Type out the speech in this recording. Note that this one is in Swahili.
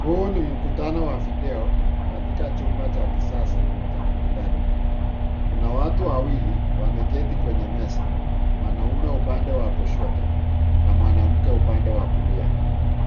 Huu ni mkutano wa video katika chumba cha kisasa cha mkutano. Kuna watu wawili wameketi kwenye meza. Mwanaume upande wa you kushoto na mwanamke upande wa kulia